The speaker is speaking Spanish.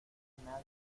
nada